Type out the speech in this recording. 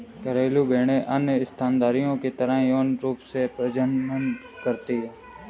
घरेलू भेड़ें अन्य स्तनधारियों की तरह यौन रूप से प्रजनन करती हैं